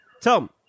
Tom